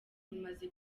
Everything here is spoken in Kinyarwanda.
rumaze